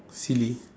silly